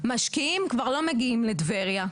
משקיעים כבר לא מגיעים לטבריה.